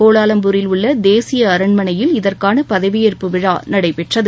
கோலாலம்பூரில் உள்ள தேசிய அரண்மனையில் இதற்கான பதவியேற்பு விழா நடைபெற்றது